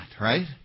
right